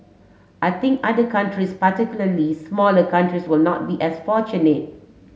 I think other countries particularly smaller countries will not be as fortunate